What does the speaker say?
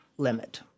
limit